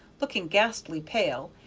looking ghastly pale,